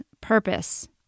purpose